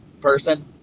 Person